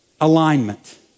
Alignment